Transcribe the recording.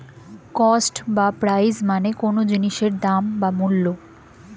cost বা price মানে কোনো জিনিসের দাম বা মূল্য